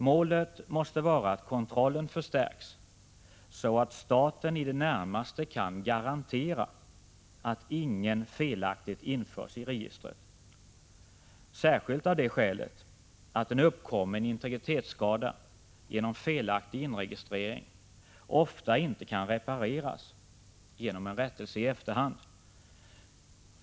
Målet måste vara att kontrollen förstärks så att staten i det närmaste kan garantera att ingen felaktigt införs i registret — särskilt av det skälet att en uppkommen integritetsskada genom felaktig inregistrering ofta inte kan repareras genom en rättelse i efterhand.